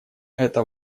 это